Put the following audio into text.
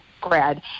grad